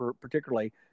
particularly